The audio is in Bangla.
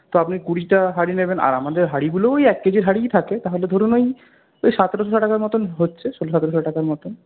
তো আপনি কুড়িটা হাঁড়ি নেবেন আর আমাদের হাঁড়িগুলোও ওই এক কেজির হাঁড়িই থাকে তাহলে ধরুন ওই সতেরশো টাকার মতন হচ্ছে ওই ষোল সতেরশো টাকার মতোন